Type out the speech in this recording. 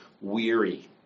weary